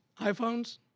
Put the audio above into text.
iPhones